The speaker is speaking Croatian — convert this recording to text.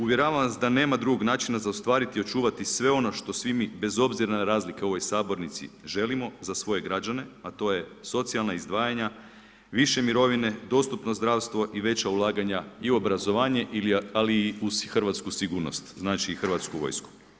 Uvjeravam vas da nema drugog načina za ostvariti i očuvati sve ono što svi mi bez obzira na razlike u ovoj sabornici želimo za svoje građane a to je socijalna izdvajanja, više mirovine, dostupno zdravstvo i veća ulaganja i u obrazovanje ali i uz hrvatsku sigurnost, znači i hrvatsku vojsku.